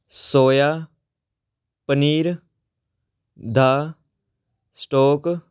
ਸੋਇਆ ਪਨੀਰ ਦਾ ਸਟੋਕ